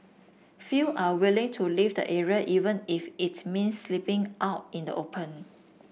few are willing to leave the area even if it means sleeping out in the open